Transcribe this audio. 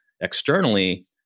externally